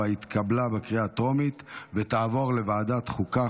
התקבלה בקריאה טרומית ותעבור לוועדת החוקה,